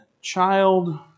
Child